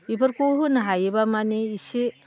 बेफोरखौ होनो हायोबा माने इसे